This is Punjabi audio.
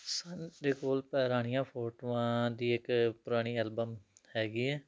ਸਾਡੇ ਕੋਲ ਪੁਰਾਣੀਆਂ ਫੋਟੋਆਂ ਦੀ ਇੱਕ ਪੁਰਾਣੀ ਐਲਬਮ ਹੈਗੀ ਹੈ